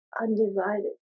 undivided